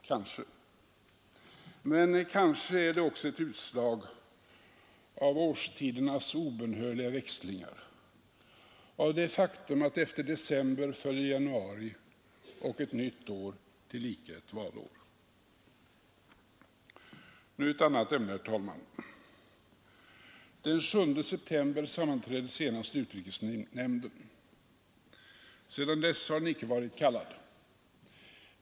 Kanske, men måhända är det också ett utslag av årstidernas obönhörliga växlingar och av det fakum att efter december följer januari och ett nytt år, tillika ett valår. Så ett annat ämne, herr talman! Den 7 september sammanträdde senast utrikesnämnden. Sedan dess har den icke varit kallad.